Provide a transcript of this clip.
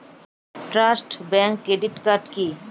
Trust bank credit card কি?